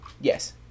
Yes